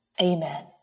amen